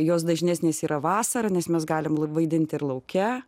jos dažnesnės yra vasarą nes mes galim vaidinti ir lauke